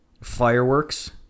Fireworks